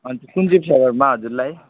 अन्त कुन चाहिँ फ्लेवरमा हजुरलाई